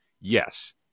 Yes